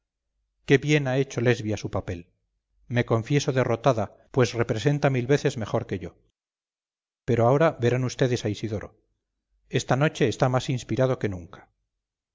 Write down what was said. qué bien ha hecho lesbia su papel me confieso derrotada pues representa mil veces mejor que yo pero ahora verán ustedes a isidoro esta noche está más inspirado que nunca